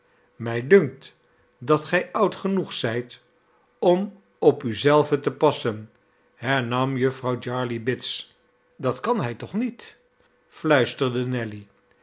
mij dunkt dat gij oud genoeg zijt om op u zelven te passen hernam jufvrouw jarley bits dat kan hij toch niet fluisterde nelly